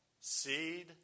Seed